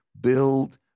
build